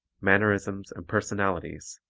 mannerisms and personalities,